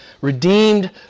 redeemed